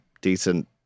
decent